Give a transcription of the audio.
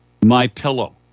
MyPillow